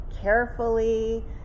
carefully